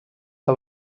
que